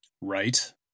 Right